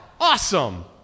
Awesome